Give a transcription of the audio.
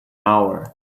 hour